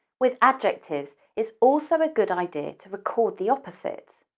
with adjectives, it's also a good idea to record the opposite.